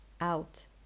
out